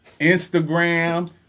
Instagram